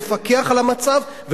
תפקח על המצב,